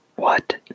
What